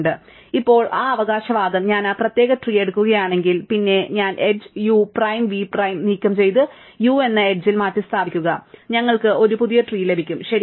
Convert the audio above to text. അതിനാൽ ഇപ്പോൾ ആ അവകാശവാദം ഞാൻ ആ പ്രത്യേക ട്രീ എടുക്കുകയാണെങ്കിൽ പിന്നെ ഞാൻ edge u prime v prime നീക്കംചെയ്ത് u എന്ന എഡ്ജ്ൽ മാറ്റിസ്ഥാപിക്കുക ഞങ്ങൾക്ക് ഒരു പുതിയ ട്രീ ലഭിക്കും ശരിയാണ്